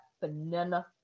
banana